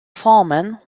foreman